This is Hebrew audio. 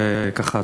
וככה,